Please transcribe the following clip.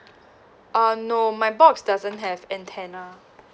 uh no my box doesn't have antenna